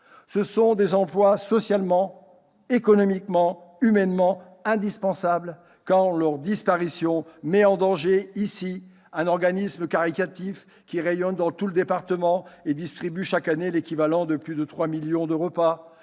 Ce sont des emplois socialement, économiquement, humainement indispensables quand, ici, leur disparition met en danger un organisme caritatif qui rayonne dans tout le département et distribue chaque année l'équivalent de plus de trois millions de repas